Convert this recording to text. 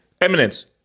Eminence